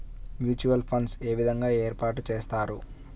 Mutual funds ఏ విధంగా ఏర్పాటు చేస్తారు?